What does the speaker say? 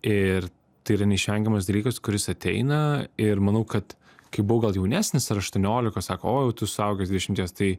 ir tai yra neišvengiamas dalykas kuris ateina ir manau kad kai buvau gal jaunesnis ar aštuoniolikos sako o jau tu suaugęs dvidešimties tai